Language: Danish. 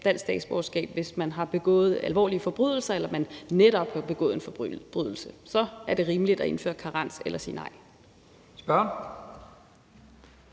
dansk statsborgerskab, hvis man har begået alvorlige forbrydelser, eller at det netop, hvis man har begået en forbrydelse, er rimeligt at indføre karens eller sige nej.